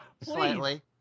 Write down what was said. slightly